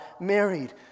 married